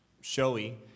showy